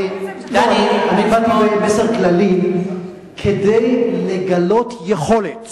אני באתי במסר כללי כדי לגלות יכולת